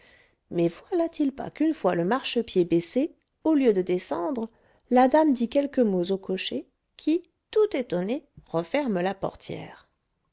mais voilà-t-il pas qu'une fois le marchepied baissé au lieu de descendre la dame dit quelques mots au cocher qui tout étonné referme la portière